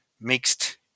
Mixed